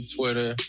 Twitter